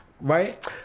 right